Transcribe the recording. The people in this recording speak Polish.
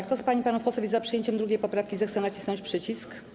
Kto z pań i panów posłów jest za przyjęciem 2. poprawki, zechce nacisnąć przycisk.